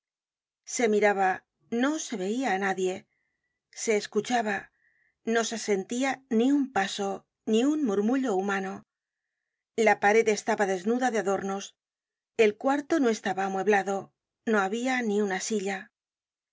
se miraba no se veia á nadie se escuchaba no se sentia ni un paso ni un murmullo humano la pared estaba desnuda de adornos el cuarto no estaba amueblado no habia ni una silla